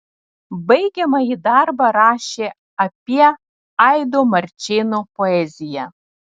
baigiamąjį darbą rašė apie aido marčėno poeziją